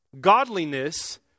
godliness